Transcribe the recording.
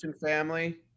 family